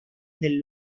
del